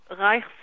Reich's